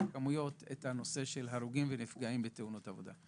בכמויות את נושא ההורגים והנפגעים בתאונות עבודה.